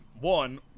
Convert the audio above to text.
one